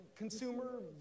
Consumer